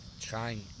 trying